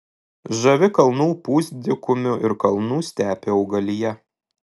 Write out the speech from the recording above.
žavi kalnų pusdykumių ir kalnų stepių augalija